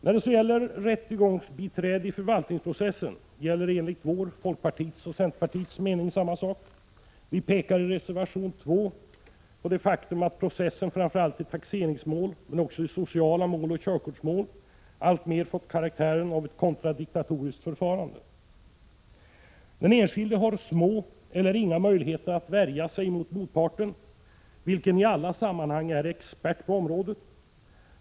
I fråga om rättegångsbiträde i förvaltningsprocessen gäller enligt vår, folkpartiets och centerpartiets mening samma sak. Vi pekar i reservation 2 på det faktum att processen framför allt i taxeringsmål, men också i sociala mål och körkortsmål alltmer fått karaktären av ett kontradiktoriskt förfarande. Den enskilde har små eller inga möjligheter att värja sig mot motparten, vilken i alla sammanhang är expert på området.